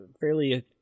fairly